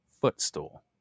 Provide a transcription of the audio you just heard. footstool